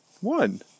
one